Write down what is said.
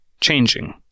changing